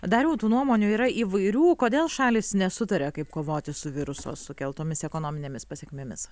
dariau tų nuomonių yra įvairių kodėl šalys nesutaria kaip kovoti su viruso sukeltomis ekonominėmis pasekmėmis